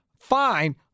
Fine